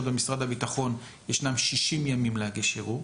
במשרד הביטחון ישנם 60 ימים להגיש ערעור,